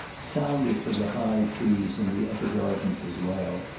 sounded from the high trees in the other gardens as well,